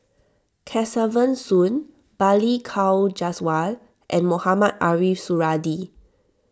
Kesavan Soon Balli Kaur Jaswal and Mohamed Ariff Suradi